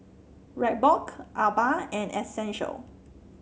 Reebok Alba and Essential